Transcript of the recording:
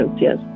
yes